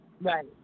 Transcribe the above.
Right